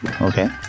Okay